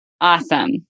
Awesome